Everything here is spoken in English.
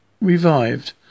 revived